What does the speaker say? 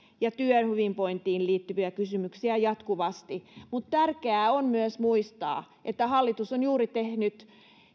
ja työhyvinvointiin liittyviä kysymyksiä jatkuvasti mutta tärkeää on myös muistaa että hallitus on juuri tehnyt